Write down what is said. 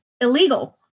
illegal